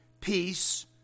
peace